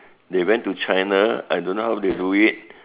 they went to China I don't know how they do it